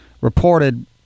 reported